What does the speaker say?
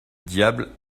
diable